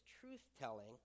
truth-telling